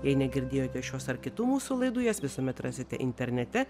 jei negirdėjote šios ar kitų mūsų laidų jas visuomet rasite internete